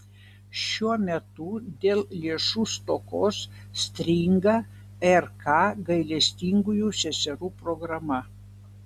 šiuo metu dėl lėšų stokos stringa rk gailestingųjų seserų programa